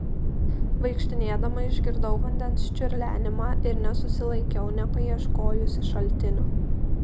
vaikštinėdama išgirdau vandens čiurlenimą ir nesusilaikiau nepaieškojusi šaltinio